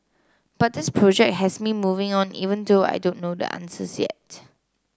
but this project has me moving on even though I don't know the answers yet